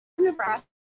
Nebraska